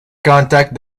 contact